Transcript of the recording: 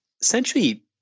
essentially